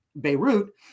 Beirut